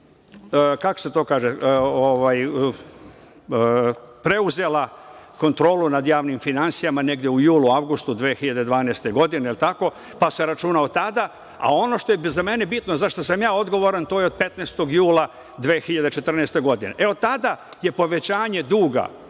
kako se to kaže, preuzela kontrolu nad javnim finansijama negde u julu, avgustu 2012. godine, da li je tako, pa se računa od tada, a ono što je za mene bitno, za šta sam ja odgovoran, to je od 15. jula 2014. godine. Od tada je povećanje duga